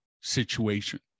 situation